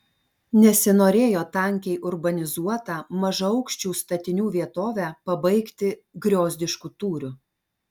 nesinorėjo tankiai urbanizuotą mažaaukščių statinių vietovę pabaigti griozdišku tūriu